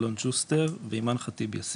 אלון שוסטר ואימאן ח'טיב יאסין.